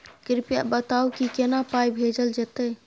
कृपया बताऊ की केना पाई भेजल जेतै?